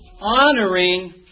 honoring